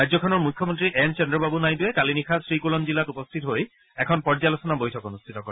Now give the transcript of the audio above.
ৰাজ্যখনৰ মুখ্যমন্ত্ৰী এন চন্দ্ৰবাবু নাইডুৱে কালি নিশা শ্ৰীকুলম জিলাত উপস্থিত হৈ এখন পৰ্যালোচনা বৈঠক অনুষ্ঠিত কৰে